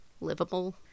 livable